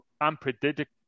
unpredictable